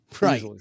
right